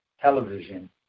television